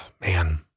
Man